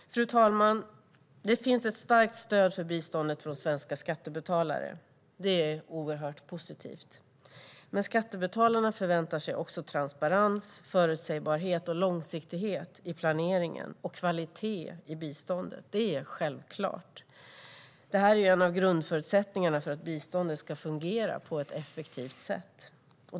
Fru ålderspresident! Det finns ett starkt stöd för biståndet från svenska skattebetalare. Det är oerhört positivt. Men skattebetalarna förväntar sig också transparens, förutsägbarhet och långsiktighet i planeringen och kvalitet i biståndet. Det är självklart. Det är ju en av grundförutsättningarna för att biståndet ska fungera på ett effektivt sätt.